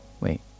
Wait